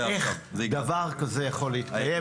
איך דבר כזה יכול להתקיים,